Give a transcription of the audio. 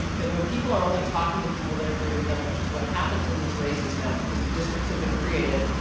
that when people are only talking to people that agree with them, which is what happens in these races now, because the districts have been created,